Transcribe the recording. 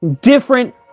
different